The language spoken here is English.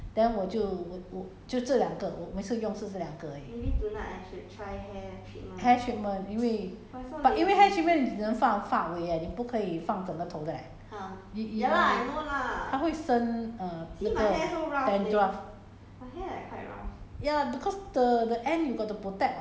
那个 mask hair treatment 我就会擦一点点 hair treatment then 我就我我就这两个我每次用是这两个而已 hair treatment 因为因为 hair treatment 你只能放发尾 leh 你不可以放整个的头的以以它会生 err 那个 dandruff